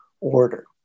order